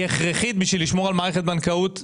הכרחית כדי לשמור על מערכת בנקאות תקינה.